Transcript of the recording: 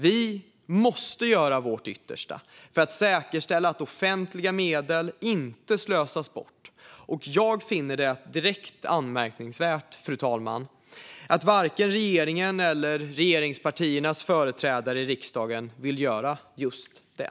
Vi måste göra vårt yttersta för att säkerställa att offentliga medel inte slösas bort, och jag finner det direkt anmärkningsvärt fru talman, att varken regeringen eller regeringspartiernas företrädare i riksdagen vill göra just det.